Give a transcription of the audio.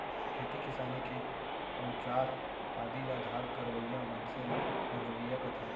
खेती किसानी के अउजार आदि ल धार करवइया मनसे ल मंजवइया कथें